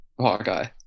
Hawkeye